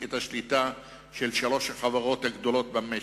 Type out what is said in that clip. את השליטה של שלוש החברות הגדולות במשק.